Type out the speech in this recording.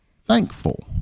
thankful